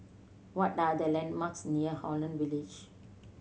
what are the landmarks near Holland Village